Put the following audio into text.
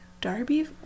Darby